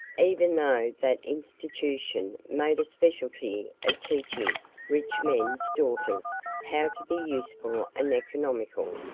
even though that institution made a specialty of teaching rich men's daughters how to be useful and economical,